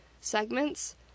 segments